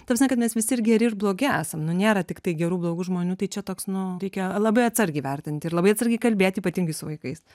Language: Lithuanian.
ta prasme kad mes visi ir geri ir blogi esam nu nėra tiktai gerų blogų žmonių tai čia toks nu reikia labai atsargiai vertint ir labai atsargiai kalbėt ypatingai su vaikais